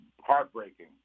heartbreaking